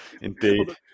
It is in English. Indeed